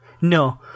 No